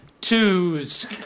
twos